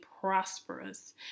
prosperous